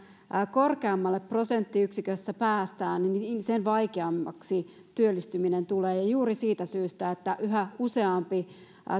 korkeammalle työllisyysasteen nostossa prosenttiyksiköissä päästään sen vaikeammaksi työllistyminen tulee ja juuri siitä syystä että yhä useampi